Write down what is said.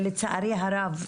לצערי הרב,